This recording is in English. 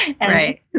Right